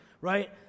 right